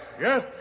Yes